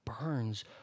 burns